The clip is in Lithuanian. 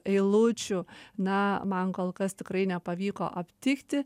eilučių na man kol kas tikrai nepavyko aptikti